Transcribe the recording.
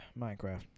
Minecraft